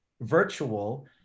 virtual